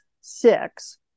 six